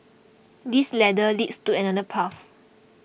this ladder leads to another path